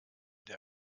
der